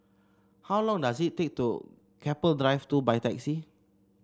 how long does it take to get to Keppel Drive Two by taxi